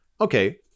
okay